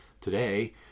Today